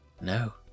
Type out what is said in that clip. No